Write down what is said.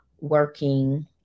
working